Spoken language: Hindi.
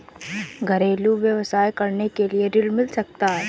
घरेलू व्यवसाय करने के लिए ऋण मिल सकता है?